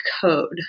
code